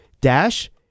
dash